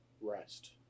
rest